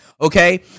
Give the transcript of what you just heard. okay